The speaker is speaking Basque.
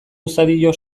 usadio